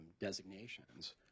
designations